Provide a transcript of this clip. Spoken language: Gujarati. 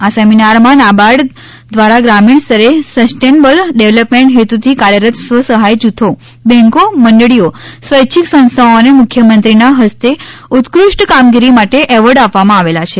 આ સેમિનારમાં નાબાર્ડ દ્વારા ગ્રામીણ સ્તરે સસ્ટેનેબલ ડેવલપમેન્ટ હેતુથી કાર્યરત સ્વસહાય જૂથો બેન્કો મંડળીઓ સ્વૈચ્છીક સંસ્થાઓને મુખ્યમંત્રીના હસ્તે ઉતકૃષ્ટ કામગીરી માટે એવોર્ડ આપવામાં આપેલા છે